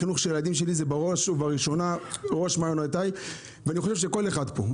החינוך של הילדים שלי הוא בראש מעיינותיי ואני חושב שגם לכל אחד פה.